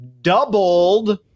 doubled